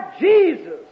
Jesus